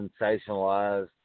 sensationalized